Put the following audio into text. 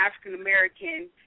African-American